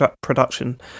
production